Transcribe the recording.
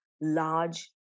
large